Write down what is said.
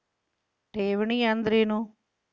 ಠೇವಣಿ ಅಂದ್ರೇನು?